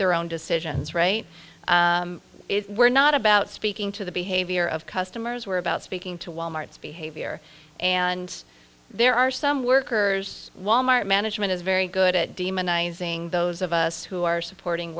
their own decisions right we're not about speaking to the behavior of customers were about speaking to wal mart's behavior and there are some workers wal mart management is very good at demonizing those of us who are supporting